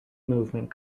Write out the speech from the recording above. movement